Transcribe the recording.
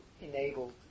enabled